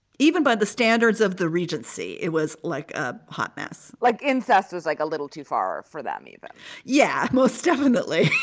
even by the standards of the regency it was like a hot mess, like incest was like a little too far for that movie. yeah, most definitely